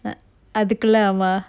அதுக்குள்ள ஆமா:athukkulla aama